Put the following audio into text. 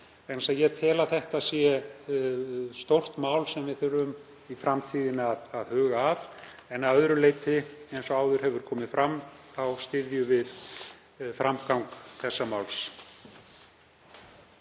að ég tel að þetta sé stórt mál sem við þurfum í framtíðinni að huga að. Að öðru leyti, eins og áður hefur komið fram, þá styðjum við framgang þessa máls.